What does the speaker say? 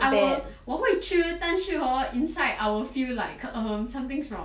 I will 我会吃但是 hor inside I will feel like um something's wrong